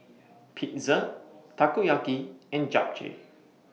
Pizza Takoyaki and Japchae